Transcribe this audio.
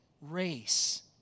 race